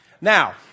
Now